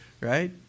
right